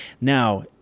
now